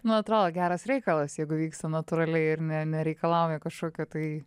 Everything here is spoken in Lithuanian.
nu atrodo geras reikalas jeigu vyksta natūraliai ir ne nereikalauja kažkokių tai